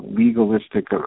legalistic